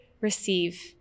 receive